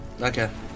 Okay